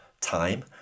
time